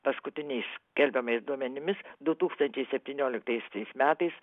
paskutiniais skelbiamais duomenimis du tūkstančiai septynioliktaisiais metais